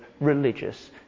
religious